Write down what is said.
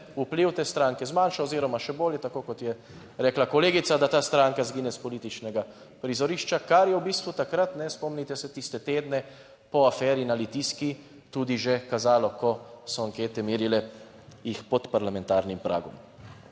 vpliv te stranke zmanjša oziroma še bolje, tako kot je rekla kolegica, da ta stranka izgine s političnega prizorišča, kar je v bistvu takrat, ne spomnite se, tiste tedne po aferi na Litijski, tudi že kazalo, ko so ankete merile jih pod parlamentarnim pragom.